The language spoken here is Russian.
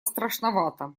страшновато